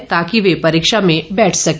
ताकि वे परीक्षा में बैठ सके